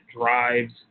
drives